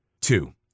Two